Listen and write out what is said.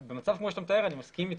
במצב שאתה מתאר אותו, אני מסכים אתך,